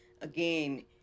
again